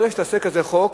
ברגע שתעשה כזה חוק,